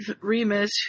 Remus